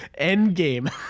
endgame